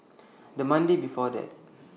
The Monday before that